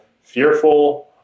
fearful